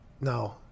no